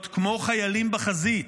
להיות כמו חיילים בחזית,